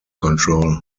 control